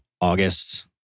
August